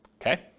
Okay